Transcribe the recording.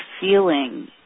feeling